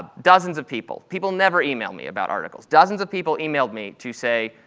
dozens of people. people never email me about articles. dozens of people emailed me to say,